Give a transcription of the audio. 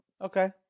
Okay